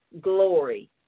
glory